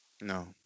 No